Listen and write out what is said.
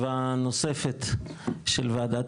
אנחנו מתכנסים לישיבה הנוספת של ועדת